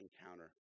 encounter